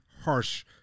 harsh